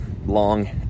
long